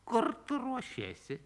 kur tu ruošiesi